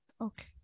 Okay